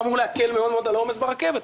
והם אמורים להקל מאוד על העומס ברכבת.